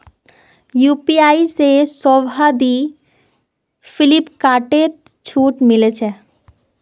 UPI से शोभा दी फिलिपकार्टत छूट मिले छे